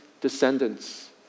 descendants